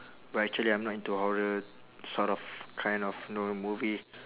but actually I'm not into horror sort of kind of know movie